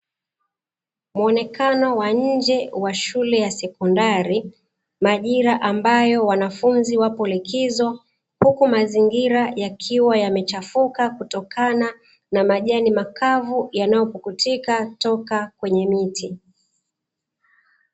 Muonekano wa nje wa shule ya sekondari, majira ambayo wanafunzi wapo likizo, huku mazingira yakiwa yamechafuka kutokana na majani makavu yanayopukutika kutoka kwenye miti.